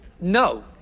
No